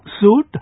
suit